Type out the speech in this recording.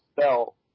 spell